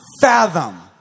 fathom